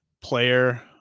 player